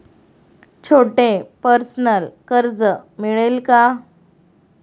छोटे पर्सनल कर्ज मिळेल का?